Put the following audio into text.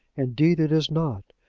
indeed it is not.